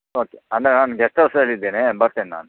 okay ಅಲ್ಲ ನಾನು guest ಹೌಸಲ್ಲಿದೀನಿ ಬರ್ತೀನಿ ನಾನು